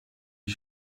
wie